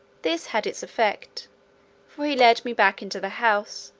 this had its effect for he led me back into the house,